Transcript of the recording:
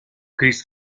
chris